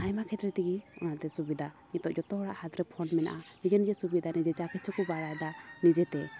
ᱟᱭᱢᱟ ᱠᱷᱮᱛᱨᱮ ᱛᱮᱜᱮ ᱚᱱᱟ ᱫᱚ ᱥᱩᱵᱤᱫᱟ ᱱᱤᱛᱚᱜ ᱡᱚᱛᱚ ᱦᱚᱲᱟᱜ ᱦᱟᱛ ᱨᱮᱜᱮ ᱯᱷᱳᱱ ᱢᱮᱱᱟᱜᱼᱟ ᱱᱤᱡᱮ ᱱᱤᱡᱮ ᱥᱩᱵᱤᱫᱟ ᱱᱤᱡᱮ ᱡᱟ ᱠᱤᱪᱷᱩ ᱠᱚ ᱵᱟᱲᱟᱭ ᱫᱟ ᱱᱤᱡᱮᱛᱮ